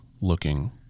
looking